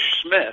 Smith